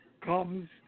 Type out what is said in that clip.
comes